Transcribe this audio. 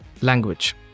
language